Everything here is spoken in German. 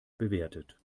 bewertet